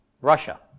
Russia